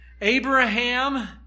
Abraham